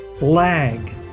lag